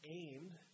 aimed